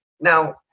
Now